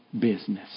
business